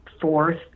fourth